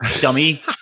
dummy